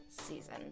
season